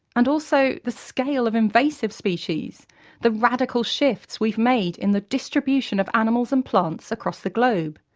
and also the scale of invasive species the radical shifts we've made in the distribution of animals and plants across the globe.